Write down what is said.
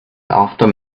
after